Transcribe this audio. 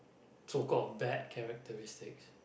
so called bad characteristics